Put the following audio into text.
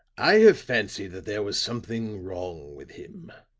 i have fancied that there was something wrong with him.